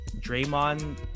Draymond